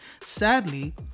Sadly